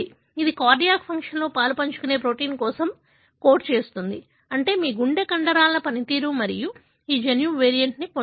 ఇది కార్డియాక్ ఫంక్షన్లో పాలుపంచుకునే ప్రోటీన్ కోసం కోడ్ చేస్తుంది అంటే మీ గుండె కండరాల పనితీరు మరియు ఈ జన్యువు వేరియంట్ను పొందింది